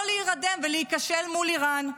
לא להירדם ולהיכשל מול איראן,